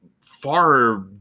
far